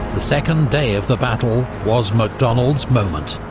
the second day of the battle was macdonald's moment.